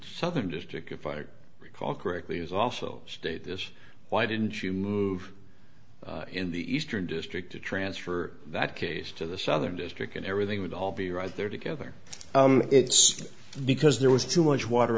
southern district fire recall correctly is also state this why didn't you in the eastern district to transfer that case to the southern district and everything would all be right there together it's because there was too much water